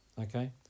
Okay